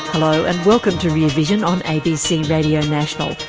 hello, and welcome to rear vision on abc radio national.